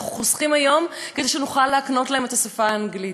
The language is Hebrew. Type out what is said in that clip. אנחנו חוסכים היום כדי שנוכל להקנות להם את השפה האנגלית.